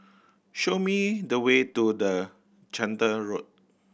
show me the way to the Chander Road